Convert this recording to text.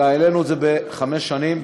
אלא העלינו את זה בחמש שנים,